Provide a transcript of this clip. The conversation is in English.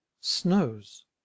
Snows